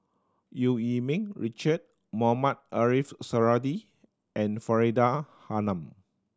Eu Yee Ming Richard Mohamed Ariff Suradi and Faridah Hanum